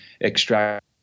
extract